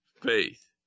faith